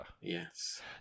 Yes